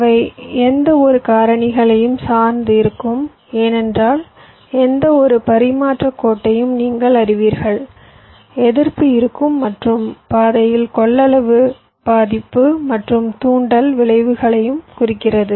அவை எந்தவொரு காரணிகளையும் சார்ந்து இருக்கும் ஏனென்றால் எந்தவொரு பரிமாற்றக் கோட்டையும் நீங்கள் அறிவீர்கள் எதிர்ப்பு இருக்கும் மற்றும் பாதையில் கொள்ளளவு பாதிப்பு மற்றும் தூண்டல் விளைவுகளையும் குறிக்கிறது